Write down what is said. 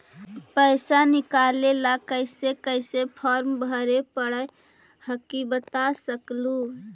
पैसा निकले ला कैसे कैसे फॉर्मा भरे परो हकाई बता सकनुह?